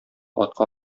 атка